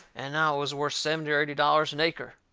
and now it was worth seventy or eighty dollars an acre.